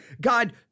God